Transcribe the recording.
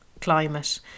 climate